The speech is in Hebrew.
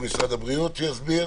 גם משרד הבריאות יסביר.